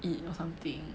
eat or something